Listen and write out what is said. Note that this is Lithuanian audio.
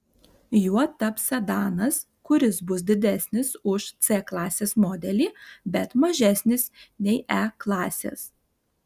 juo taps sedanas kuris bus didesnis už c klasės modelį bet mažesnis nei e klasės